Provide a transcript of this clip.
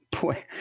Boy